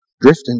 drifting